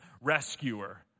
rescuer